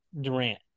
Durant